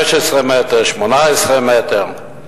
15 מטר, 18 מטר.